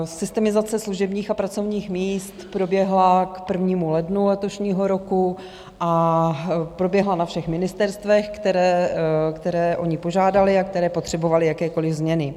Systemizace služebních a pracovních míst proběhla k 1. lednu letošního roku a proběhla na všech ministerstvech, které o ni požádaly a které potřebovaly jakékoliv změny.